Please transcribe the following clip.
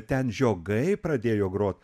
ten žiogai pradėjo grot